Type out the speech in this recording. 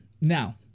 Now